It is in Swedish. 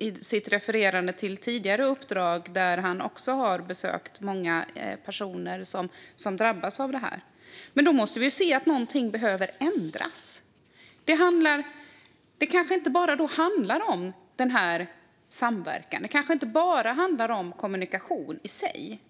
när han refererade till tidigare uppdrag och till att han har besökt många personer som drabbats av det här. Då måste vi se att någonting behöver ändras. Det kanske inte bara handlar om samverkan. Det kanske inte bara handlar om kommunikation i sig.